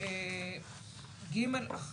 (ג1)